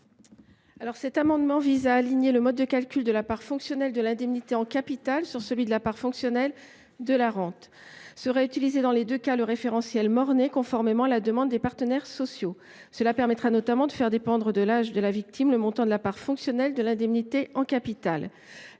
Cet amendement vise à aligner le mode de calcul de la part fonctionnelle de l’indemnité en capital sur celui de la part fonctionnelle de la rente. Serait utilisé dans les deux cas le référentiel Mornet, conformément à la demande des partenaires sociaux. Cela permettra notamment de faire dépendre de l’âge de la victime le montant de la part fonctionnelle de l’indemnité en capital.